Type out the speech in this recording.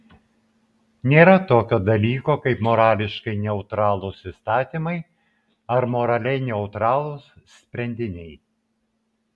nėra tokio dalyko kaip morališkai neutralūs įstatymai ar moraliai neutralūs sprendiniai